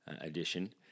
edition